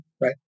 right